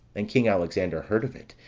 and king alexander heard of it,